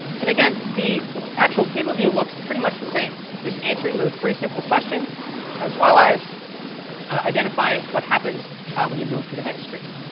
and again, the actual table view looks pretty much the same, just answering those three simple questions as well as identifying what happens when you move to the next screen.